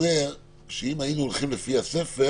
היינו הולכים לפי הספר